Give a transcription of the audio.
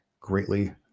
greatly